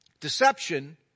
Deception